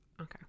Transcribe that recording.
Okay